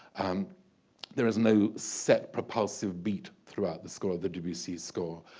um there is no set propulsive beat throughout the score of the debussy score